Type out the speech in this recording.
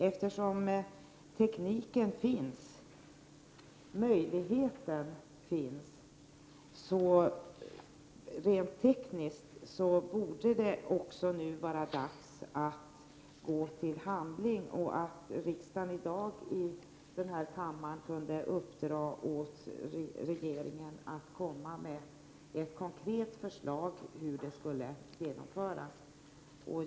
Eftersom möjligheten finns, rent tekniskt, borde det nu vara dags att gå till handling, och riksdagen kan i dag uppdra åt regeringen att komma med ett konkret förslag till genomförande.